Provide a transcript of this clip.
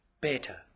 better